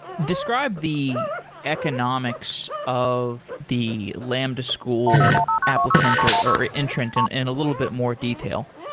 describe the economics of the lambda school applicant or or ah in trenton in a little bit more detail.